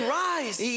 rise